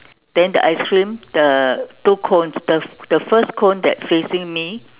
then the ice cream the two cones the the first cone that facing me